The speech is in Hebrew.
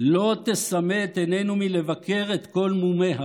לא תסמא את עינינו מלבקר את כל מומיה,